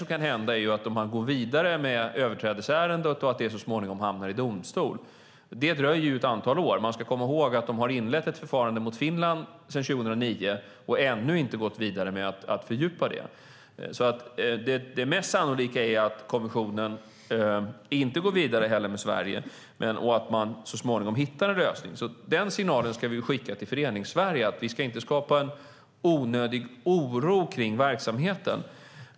Om man går vidare med ett överträdelseärende och tror att det så småningom hamnar i domstol dröjer det ett antal år. Man ska komma ihåg att de inledde ett förfarande mot Finland 2009 och ännu inte har gått vidare med att fördjupa det. Det mest sannolika är att kommissionen inte heller går vidare med Sverige och så småningom hittar en lösning. Den signalen ska vi skicka till Föreningssverige, för vi ska inte skapa en onödig oro kring verksamheten.